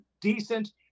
decent